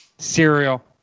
Cereal